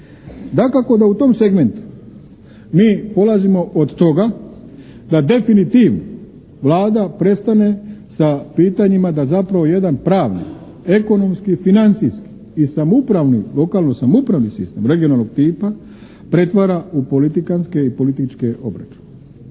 Dakako da u tom segmentu mi polazimo od toga da definitivno Vlada prestane sa pitanjima da zapravo jedan pravni, ekonomski i financijski i samoupravni, lokalno samoupravni sistem regionalnog tipa pretvara u politikantske i političke obračune.